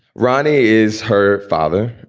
ronnie is her father